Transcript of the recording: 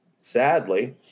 sadly